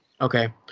Okay